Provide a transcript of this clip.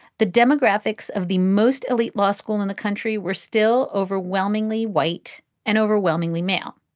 the demographics of the most elite law school in the country were still overwhelmingly white and overwhelmingly male.